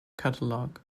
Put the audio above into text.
catalogue